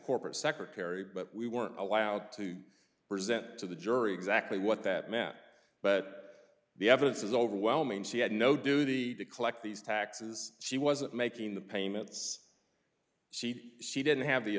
corporate secretary but we weren't allowed to present to the jury exactly what that met but the evidence is overwhelming she had no duty to collect these taxes she wasn't making the payments she she didn't have the